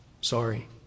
Sorry